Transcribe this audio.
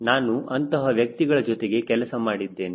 ನಾನು ಅಂತಹ ವ್ಯಕ್ತಿಗಳ ಜೊತೆಗೆ ಕೆಲಸ ಮಾಡಿದ್ದೇನೆ